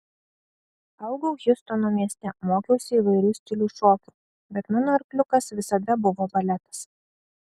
augau hjustono mieste mokiausi įvairių stilių šokių bet mano arkliukas visada buvo baletas